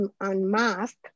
unmasked